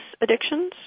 addictions